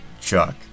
Chuck